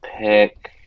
pick